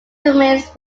remains